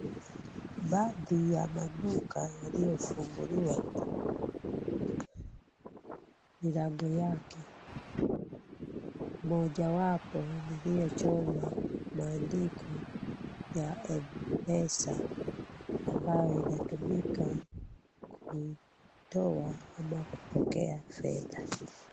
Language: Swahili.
Baadhi ya maduka yaliyofunguliwa milango yake mojawapo iliyochorwa maandiko ya M-pesa ambayo inatumika kutoa ama kupokea fedha.